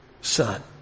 Son